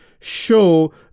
show